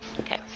Okay